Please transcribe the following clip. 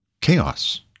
chaos